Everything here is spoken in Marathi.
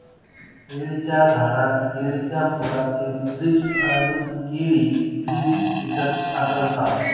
केळीच्या झाडात केळीच्या फुलाचे थ्रीप्स आणि केळी थ्रिप्स कीटक आढळतात